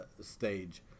stage